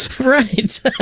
Right